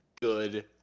good